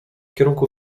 kierunku